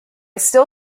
still